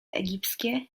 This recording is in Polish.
egipskie